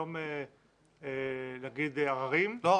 עררים לא.